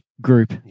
group